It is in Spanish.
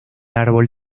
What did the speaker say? árbol